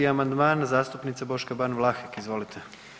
11. amandman zastupnice Boške Ban Vlahek, izvolite.